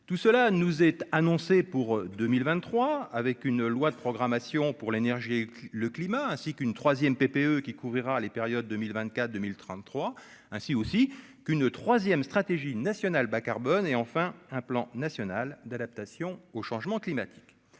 tout cela nous est annoncée pour 2023 avec une loi de programmation pour l'énergie et le climat, ainsi qu'une 3ème PPE qui couvrira les périodes 2024 2033 ainsi aussi qu'une 3ème stratégie nationale bas-carbone et enfin un plan national d'adaptation au changement climatique,